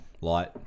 light